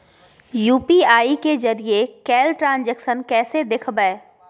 UPI के जरिए कैल ट्रांजेक्शन कैसे देखबै?